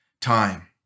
time